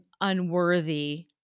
unworthy